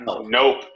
nope